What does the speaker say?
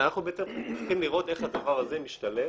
אנחנו בעצם צריכים לראות איך הדבר הזה משתלב